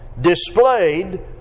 displayed